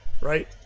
right